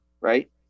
right